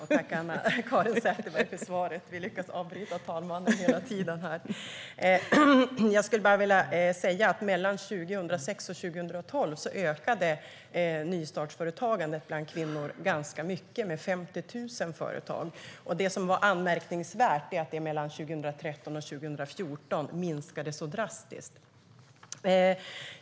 Herr talman! Tack, Anna-Caren Sätherberg, för svaret! Jag skulle bara vilja säga att mellan 2006 och 2012 ökade nyföretagandet bland kvinnor ganska mycket med 50 000 företag. Det som är anmärkningsvärt är att det mellan 2013 och 2014 minskade så drastiskt.